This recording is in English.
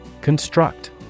Construct